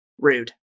rude